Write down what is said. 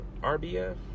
rbf